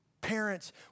parents